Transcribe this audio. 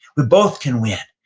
we both can win,